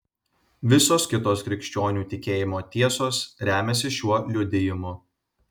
visos kitos krikščionių tikėjimo tiesos remiasi šiuo liudijimu